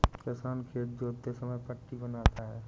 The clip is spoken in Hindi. किसान खेत जोतते समय पट्टी बनाता है